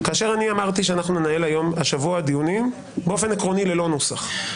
כאשר אני אמרתי שננהל השבוע דיונים באופן עקרוני ללא נוסח,